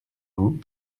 vous